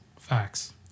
Facts